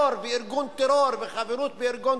רבותי חברי הכנסת,